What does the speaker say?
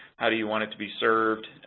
how do you want it to be served,